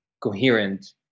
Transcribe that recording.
coherent